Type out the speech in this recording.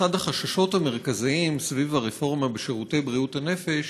אחד החששות המרכזיים סביב הרפורמה בשירותי בריאות הנפש